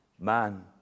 man